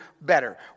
better